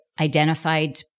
identified